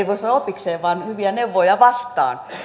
voi sanoa opikseen vaan hyviä neuvoja vastaan